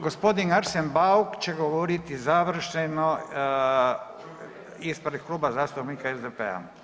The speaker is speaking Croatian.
Gospodin Arsen Bauk će govoriti završno ispred Kluba zastupnika SDP-a.